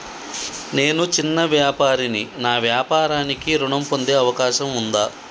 నేను చిన్న వ్యాపారిని నా వ్యాపారానికి ఋణం పొందే అవకాశం ఉందా?